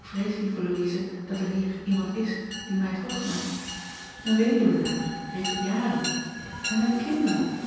k vrees lieve ouise dat er hier iemand is die mij t hof maakt een weduwenaar reeds op jaren en met kinderen